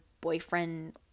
boyfriend